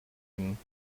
ihnen